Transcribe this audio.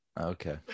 Okay